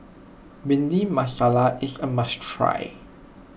Bhindi Masala is a must try